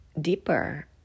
deeper